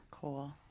cool